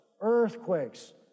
earthquakes